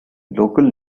local